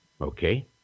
Okay